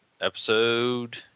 episode